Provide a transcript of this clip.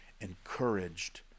encouraged